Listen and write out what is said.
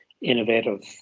innovative